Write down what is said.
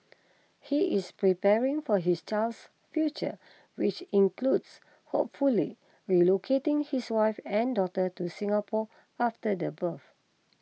he is preparing for his child's future which includes hopefully relocating his wife and daughter to Singapore after the birth